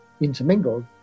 intermingled